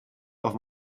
auf